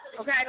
Okay